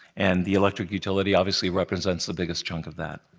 and the electric utility obviously represents the biggest chunk of that.